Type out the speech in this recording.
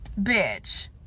bitch